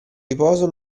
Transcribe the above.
riposo